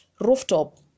rooftop